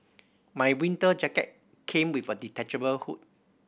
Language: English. my winter jacket came with a detachable hood